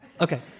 Okay